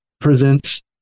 presents